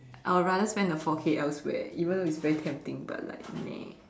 I would rather spend the four K elsewhere even though it's very tempting but like nah